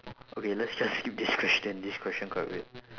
okay let's just skip this question this question quite weird